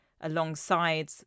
alongside